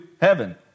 Heaven